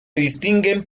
distinguen